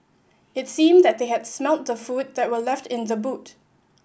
it seemed that they had smelt the food that were left in the boot